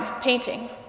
painting